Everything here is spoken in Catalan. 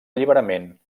alliberament